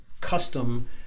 custom